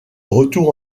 retour